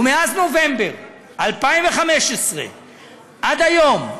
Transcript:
ומאז נובמבר 2015 עד היום,